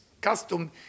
custom